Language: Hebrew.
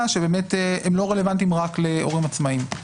שהם לא רלוונטיים רק להורים עצמאיים.